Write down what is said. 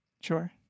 Sure